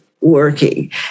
working